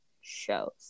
shows